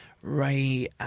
ray